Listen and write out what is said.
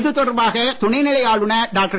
இதுதொடர்பாக துணைநிலை ஆளுனர் டாக்டர்